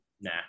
Nah